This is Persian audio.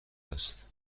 است